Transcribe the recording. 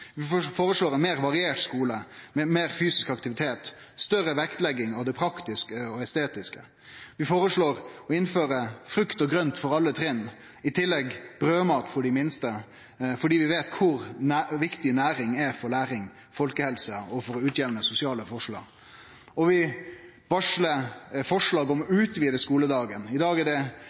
ein meir variert skule med meir fysisk aktivitet, større vektlegging av det praktiske og estetiske. Vi føreslår å innføre frukt og grønt for alle trinn og i tillegg brødmat for dei minste, fordi vi veit kor viktig næring er for læring, folkehelsa og for å utjamne sosiale forskjellar. Vi varslar forslag om å utvide skuledagen. I dag er